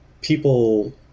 people